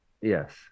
yes